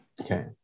Okay